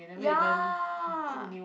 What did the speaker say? ya